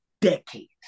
decades